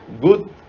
good